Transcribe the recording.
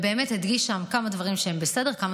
והדגיש שם כמה דברים שהם בסדר וכמה